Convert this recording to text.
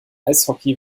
eishockey